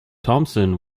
thompson